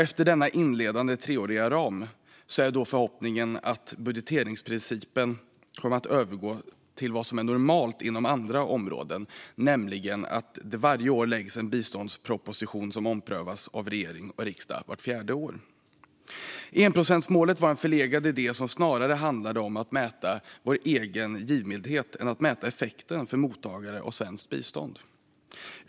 Efter denna inledande treåriga ram är förhoppningen att budgeteringsprincipen kommer att övergå till vad som är normalt inom andra områden, nämligen att det varje år läggs fram en biståndsproposition som omprövas av regering och riksdag vart fjärde år. Enprocentsmålet var en förlegad idé som snarare handlade om att mäta vår egen givmildhet än att mäta effekten för mottagare av svenskt bistånd.